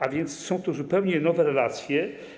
A więc są to zupełnie nowe relacje.